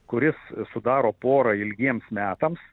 kuris sudaro porą ilgiems metams